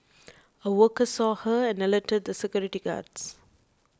a worker saw her and alerted the security guards